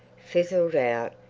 fizzled out,